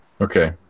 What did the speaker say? Okay